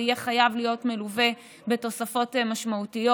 זה יהיה חייב להיות מלווה בתוספות משמעותיות,